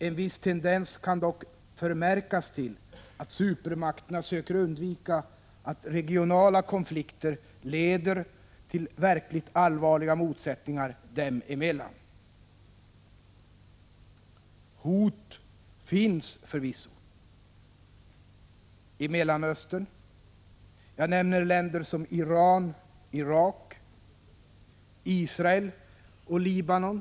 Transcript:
En viss tendens kan dock förmärkas till att supermakterna söker undvika att regionala konflikter leder till verkligt allvarliga motsättningar dem emellan. Hot finns förvisso: I Mellanöstern kan jag nämna länder som Iran och Irak, Israel och Libanon.